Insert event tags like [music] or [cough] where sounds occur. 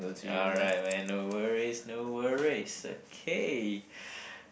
alright man no worries no worries okay [breath]